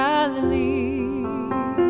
Galilee